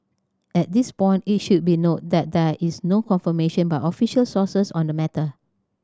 at this point it should be noted that there is no confirmation by official sources on the matter